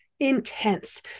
intense